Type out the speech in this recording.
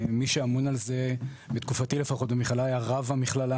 מי שאמון על זה בתקופתי לפחות במכללה היה רב המכללה